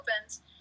opens